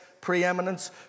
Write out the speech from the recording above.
preeminence